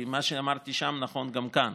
כי מה שאמרתי שם נכון גם כאן.